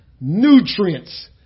nutrients